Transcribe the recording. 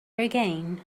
again